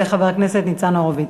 יעלה חבר הכנסת ניצן הורוביץ.